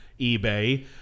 eBay